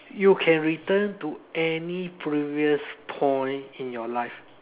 you can return to any previous point in your life